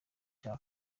cya